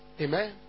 Amen